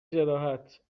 جراحت